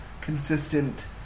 consistent